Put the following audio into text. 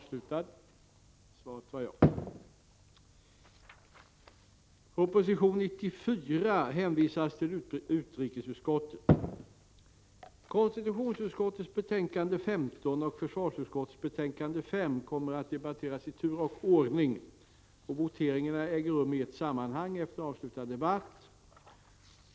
Socialförsäkringsutskottets betänkande 8 och utbildningsutskottets betänkande 9 kommer att debatteras i tur och ordning, och voteringarna äger rum i ett sammanhang efter avslutad debatt.